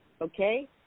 Okay